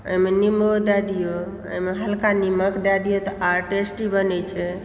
एहिमे नेबो दए दिऔ ओहिमे हल्का नीमक दए दिऔ तऽ आर टेस्टी बनै छै